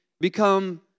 become